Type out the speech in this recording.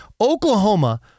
Oklahoma